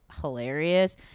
hilarious